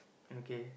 okay